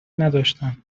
نداشتند